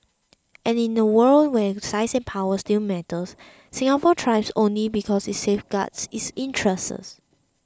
and in the world where size and power still matter Singapore thrives only because it safeguards its interests